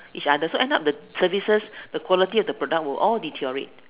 each other so end up the services the quality of the product will all deteriorate